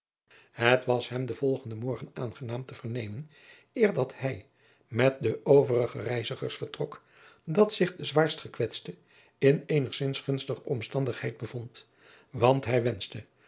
et was hem den volgenden morgen aangenaam te vernemen eer dat hij met de overige reizigers vertrok dat zich de zwaarst gekwetste in eenigzins gunstiger omstandigheid bevond want hij wenschte